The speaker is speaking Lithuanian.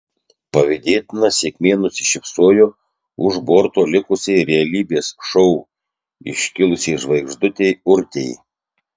pavydėtina sėkmė nusišypsojo už borto likusiai realybės šou iškilusiai žvaigždutei urtei